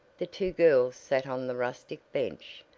the two girls sat on the rustic bench,